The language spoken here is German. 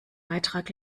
beitrag